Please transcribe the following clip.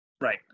Right